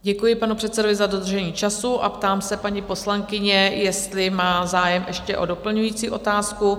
Děkuji panu předsedovi za dodržení času a ptám se paní poslankyně, jestli má zájem ještě o doplňující otázku?